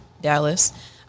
Dallas